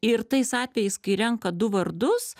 ir tais atvejais kai renka du vardus